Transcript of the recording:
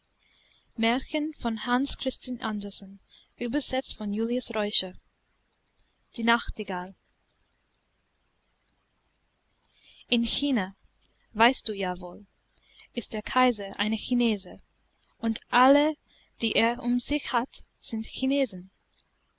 die nachtigall in china weißt du ja wohl ist der kaiser ein chinese und alle die er um sich hat sind chinesen